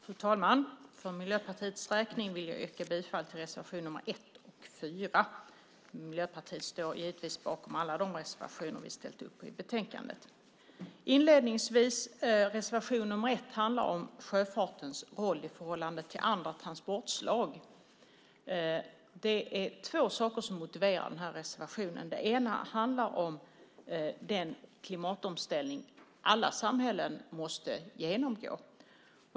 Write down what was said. Fru talman! För Miljöpartiets räkning vill jag yrka bifall till reservation nr 1 och reservation nr 4. Miljöpartiet står givetvis bakom alla de reservationer som vi har ställt upp på i betänkandet. Reservation nr 1 handlar om sjöfartens roll i förhållande till andra transportslag. Det är två saker som motiverar den här reservationen. Den ena handlar om den klimatomställning alla samhällen måste genomgå.